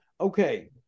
Okay